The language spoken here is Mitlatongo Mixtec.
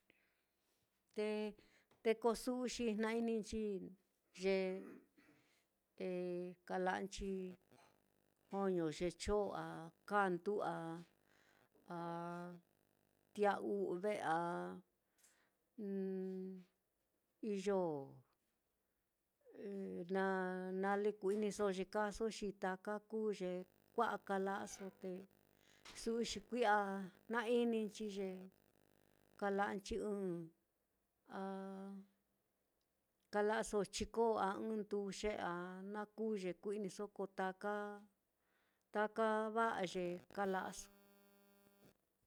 Te te ko su'u xi jna-ininchi ye eh kala'anchi joño ye chon a kandu a a tia'a u've a iyo na-nale ku-iniso te kaaso, xi taka kuu ye kua'a kala'aso, te su'u xi kui'a jna-ininchi ye kala'anchi ɨ́ɨ́n a kala'aso chiko a ndujie a na kuu ye ku-iniso ko taka taka va'a ye kala'aso.